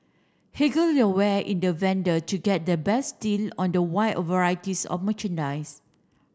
haggle your way in the vendor to get the best deal on the wide varieties of merchandise